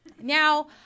Now